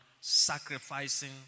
sacrificing